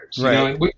Right